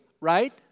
right